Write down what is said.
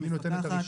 היא המפקחת,